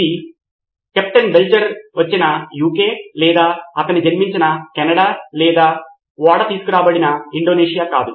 ఇది captain Belcher వచ్చిన UK లేదా అతను జన్మించిన కెనడా లేదా ఓడ తీసుకురాబడిన ఇండోనేషియా కాదు